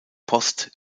post